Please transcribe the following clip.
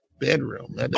bedroom